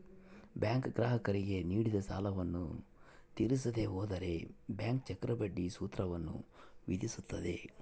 bank ಗ್ರಾಹಕರಿಗೆ ನೀಡಿದ ಸಾಲವನ್ನು ತೀರಿಸದೆ ಹೋದರೆ ಬ್ಯಾಂಕ್ ಚಕ್ರಬಡ್ಡಿ ಸೂತ್ರವನ್ನು ವಿಧಿಸುತ್ತದೆ